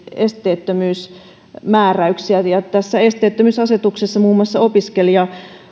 esteettömyysmääräyksiä tässä esteettömyysasetuksessa muun muassa opiskelija